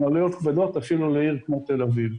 עלויות כבדות אפילו לעיר כמו תל אביב.